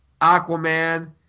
Aquaman